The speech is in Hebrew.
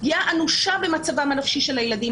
פגיעה אנושה במצבם הנפשי של הילדים.